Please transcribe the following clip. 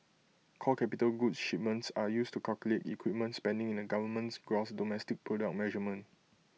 core capital goods shipments are used to calculate equipment spending in the government's gross domestic product measurement